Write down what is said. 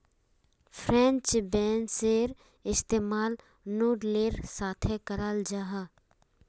French बेंसेर इस्तेमाल नूडलेर साथे कराल जाहा